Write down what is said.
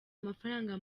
amafaranga